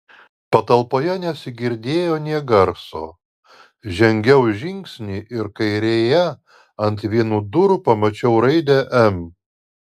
patalpoje nesigirdėjo nė garso žengiau žingsnį ir kairėje ant vienų durų pamačiau raidę m